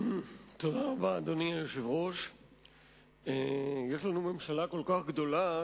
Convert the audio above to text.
יש לנו ממשלה כל כך גדולה,